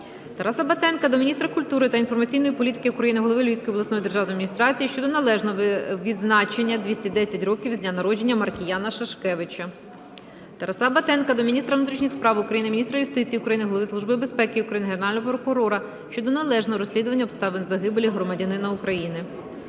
Тараса Батенка до міністра культури та інформаційної політики України, голови Львівської обласної державної адміністрації щодо належного відзначення 210 років із дня народження Маркіяна Шашкевича. Тараса Батенка до міністра внутрішніх справ України, міністра юстиції України, Голови Служби безпеки України, Генерального прокурора щодо належного розслідування обставин загибелі громадянина України.